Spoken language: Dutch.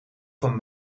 van